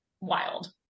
wild